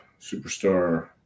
Superstar